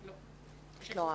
אותה.